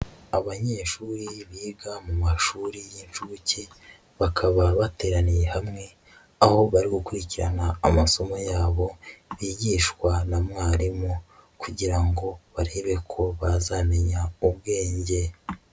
Abanyeshuri biga mu mashuri y'inshuke, bakaba bateraniye hamwe, aho bari gukurikirana amasomo yabo bigishwa na mwarimu kugira ngo barebe ko bazamenya ubwenge.